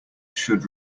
should